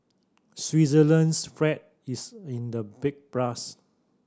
Switzerland's fright is in the big plus